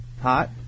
hot